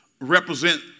represent